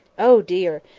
oh dear!